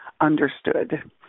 understood